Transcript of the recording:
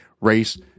race